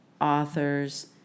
authors